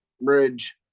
bridge